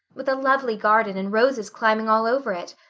with a lovely garden and roses climbing all over it.